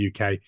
UK